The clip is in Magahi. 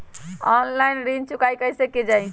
ऑनलाइन ऋण चुकाई कईसे की ञाई?